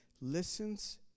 listens